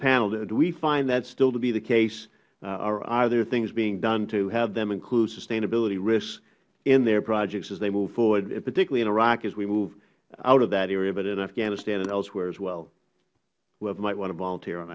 do we find that still to be the case or are there things being done to have them include sustainability risks in their projects as they move forward particularly in iraq as we move out of that area but in afghanistan and elsewhere as well whoever might want to volunteer on